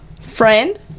friend